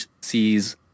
sees